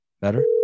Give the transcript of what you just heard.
Better